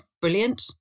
brilliant